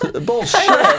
Bullshit